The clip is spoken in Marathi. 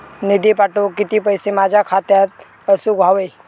निधी पाठवुक किती पैशे माझ्या खात्यात असुक व्हाये?